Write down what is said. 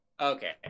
Okay